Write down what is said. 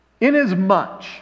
...inasmuch